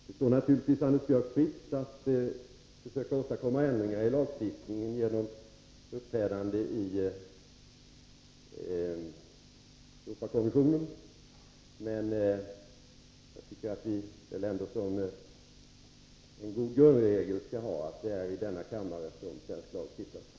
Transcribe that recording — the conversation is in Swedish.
Det står naturligtvis Anders Björck fritt att försöka åstadkomma ändringar i lagstiftningen genom uppträdande i Europakommissionen, men jag tycker ändå att vi skall ha som en god grundregel att det är i denna kammare som svensk lag stiftas.